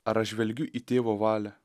ar aš žvelgiu į tėvo valią